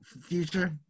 Future